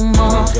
more